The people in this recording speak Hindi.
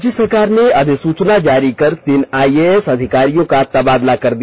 राज्य सरकार ने अधिसूचना जारी कर तीन आईएएस अधिकारियों का तबादला कर दिया